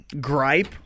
gripe